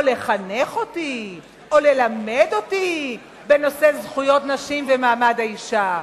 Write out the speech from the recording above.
לחנך אותי או ללמד אותי בנושא זכויות נשים ומעמד האשה.